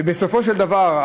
ובסופו של דבר,